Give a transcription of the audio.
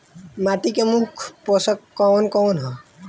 माटी में मुख्य पोषक कवन कवन ह?